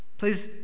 Please